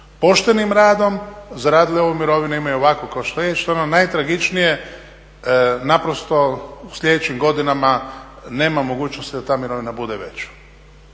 poštenim radom zaradili ovu mirovinu, imaju ovakvu što je, što je ono najtragičnije, naprosto u sljedećim godinama nema mogućnosti da ta mirovina bude veća